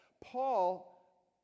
Paul